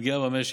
לפגיעה במשק,